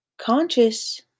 conscious